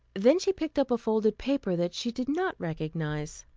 then she picked up a folded paper that she did not recognize.